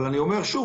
אבל שוב,